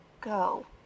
go